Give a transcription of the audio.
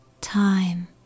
time